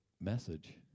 message